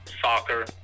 soccer